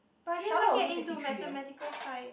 but I didn't even get into Mathematical Science